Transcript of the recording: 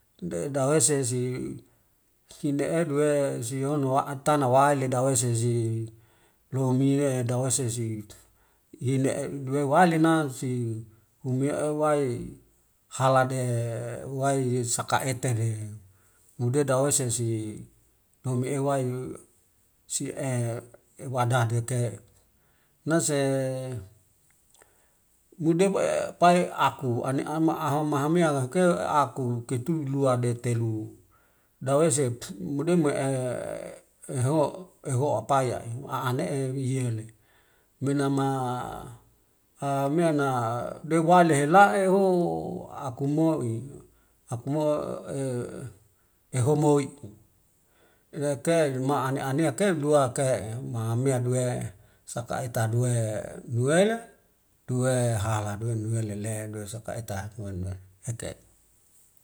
Dawese si hinie duwe sihono wa atana wali dawese si lomie dawesesi hine duwe walina si humue wai halade wai saka etede ude dawese si nohuume wai si wadade ke, nase gude bai pai aku ane hama ame ake aku ketu lua detelu. Dawese mudemue ehho'o paiya aane'e iyele, menama amean'a dewali hela'eho akumo'i ehomoi eike maane aneake duake'e ma hamea duwe sakaita duwe duwele duwe hala duwenuele le duwe sakai ta.